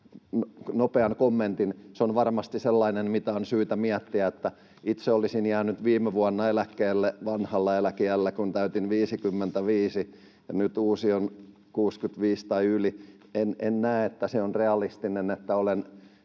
nopean kommentin: Se on varmasti sellainen, mitä on syytä miettiä. Itse olisin jäänyt viime vuonna eläkkeelle vanhalla eläkeiällä, kun täytin 55, ja nyt uusi on 65 tai yli. En näe, että se on realistista, että olen